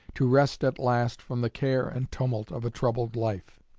to rest at last from the care and tumult of a troubled life.